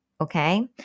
okay